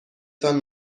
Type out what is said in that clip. تان